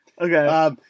Okay